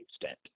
extent